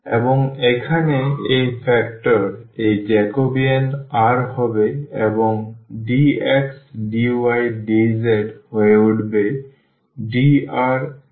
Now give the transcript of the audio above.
এবং এখানে এই ফ্যাক্টর এই জ্যাকোবিয়ান r হবে এবং dx dy dz হয়ে উঠবে drdϕdz